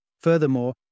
Furthermore